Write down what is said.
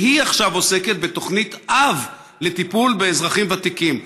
והיא עכשיו עוסקת בתוכנית-אב לטיפול באזרחים ותיקים,